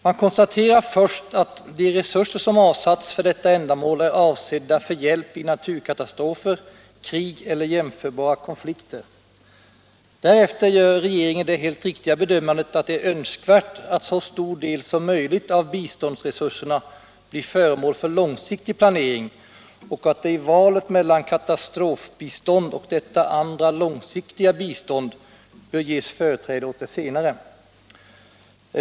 Man konstaterar först att de resurser som avsatts för detta ändamål är avsedda för hjälp vid naturkatastrofer, krig eller jämförbara konflikter. Därefter gör regeringen den helt riktiga bedömningen, att det är önskvärt att så stor del som möjligt av biståndsresurserna blir föremål för långsiktig planering och att det i valet mellan katastrofbistånd och dessa andra långsiktiga bistånd bör ges företräde åt det senare.